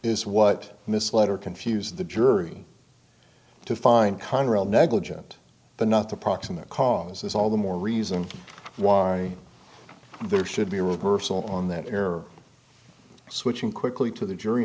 is what misled or confuse the jury to find conrail negligent but not the proximate cause is all the more reason why there should be a reversal on that error switching quickly to the jury